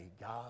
God